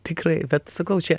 tikrai bet sakau čia